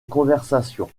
conversation